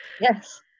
Yes